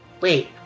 Wait